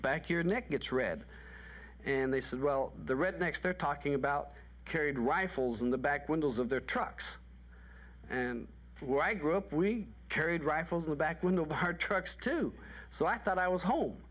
back your neck gets red and they said well the rednecks they're talking about carried rifles in the back windows of their trucks and i grew up we carried rifles in the back window hard trucks too so i thought i was home